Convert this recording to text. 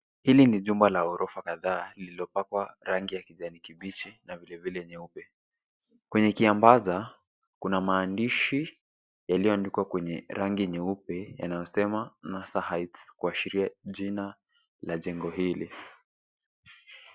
Hili ni jumba lenye orofa kadhaa lililo pakwa rangi ya kijivu na nyeupe. Kwenye kiambaza kuna maandishi yaliyoandikwa kwa rangi nyeupe yanayosema nasaheights kuashiria jina la jengo hili.